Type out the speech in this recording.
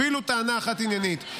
אפילו טענה אחת עניינית.